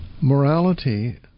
Morality